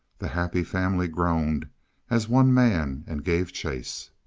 the happy family groaned as one man and gave chase.